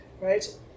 right